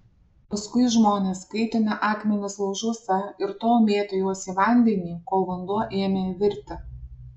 paskui žmonės kaitinę akmenis laužuose ir tol mėtę juos į vandenį kol vanduo ėmė virti